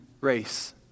race